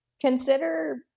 consider